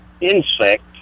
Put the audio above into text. insect